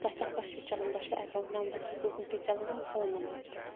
تۄہہِ کَتھ پٮ۪ٹھ چھُ چَلان تۄہہِ چھُوا اٮ۪کاوُنٛٹ نمبرَس گوٗگٕل پے چَلان کِنہٕ فون نمبرَس پٮ۪ٹھ